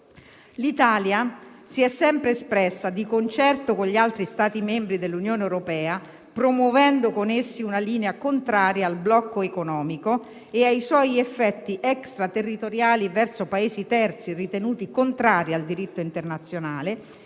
L'Italia si è sempre espressa, di concerto con gli altri Stati membri dell'Unione europea, promuovendo con essi una linea contraria al blocco economico e ai suoi effetti extraterritoriali verso Paesi terzi ritenuti contrari al diritto internazionale